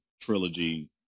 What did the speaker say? trilogy